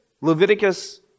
Leviticus